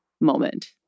moment